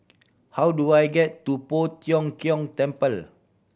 how do I get to Poh Tiong Kiong Temple